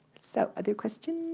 so, other questions.